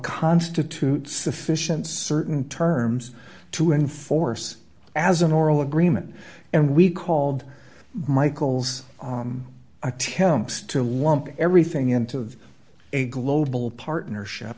constitute sufficient certain terms to enforce as an oral agreement and we called michael's attempts to want everything into of a global partnership